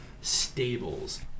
stables